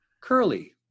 Curly